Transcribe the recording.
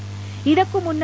ಇಇದಕ್ಕೂ ಮುನ್ನ